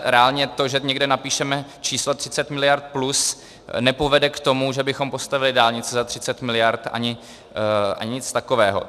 Reálně to, že někde napíšeme číslo 30 miliard plus, nepovede k tomu, že bychom postavili dálnici za 30 miliard ani nic takového.